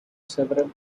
several